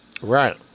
Right